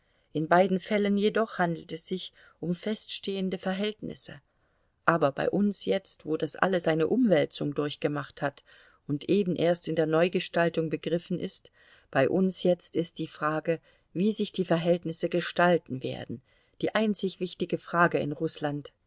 in beiden fällen jedoch handelt es sich um feststehende verhältnisse aber bei uns jetzt wo das alles eine umwälzung durchgemacht hat und eben erst in der neugestaltung begriffen ist bei uns jetzt ist die frage wie sich die verhältnisse gestalten werden die einzig wichtige frage in rußland